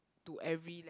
to every le~